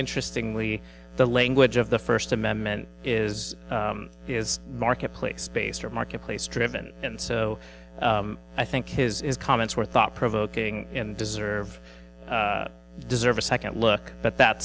interesting lee the language of the first amendment is he is marketplace based or marketplace driven and so i think his comments were thought provoking and deserve deserve a second look but that